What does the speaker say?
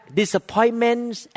disappointments